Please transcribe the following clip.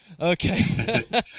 Okay